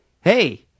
Hey